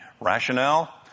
rationale